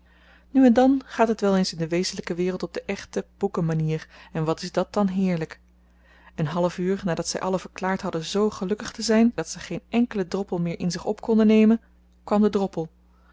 nu en dan gaat het wel eens in de wezenlijke wereld op de echte boekenmanier en wat is dat dan heerlijk een half uur nadat zij allen verklaard hadden z gelukkig te zijn dat ze geen enkelen droppel meer in zich op konden nemen kwam de droppel